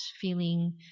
feeling